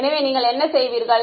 எனவே நீங்கள் என்ன செய்வீர்கள்